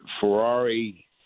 Ferrari